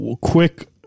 quick